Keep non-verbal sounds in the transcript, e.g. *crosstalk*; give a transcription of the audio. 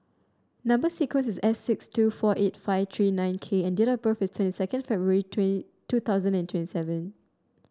number sequence is S six two four eight five three nine K and date of birth is twenty second February *unintelligible* two thousand and twenty seven